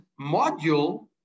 module